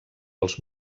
els